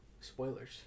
spoilers